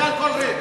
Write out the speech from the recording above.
הייתי כאן כל רגע.